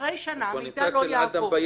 אחרי שנה המידע לא יעבור.